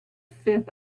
fifth